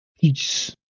Peace